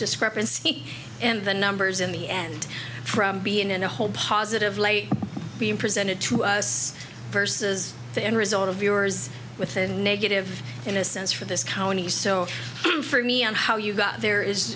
discrepancy and the numbers in the the end from being in a whole positive late being presented to us versus the end result of viewers with a negative in a sense for this county so for me on how you got there